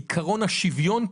עיקרון השוויון פה,